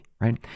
right